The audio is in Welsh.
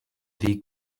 ddi